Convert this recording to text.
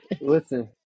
Listen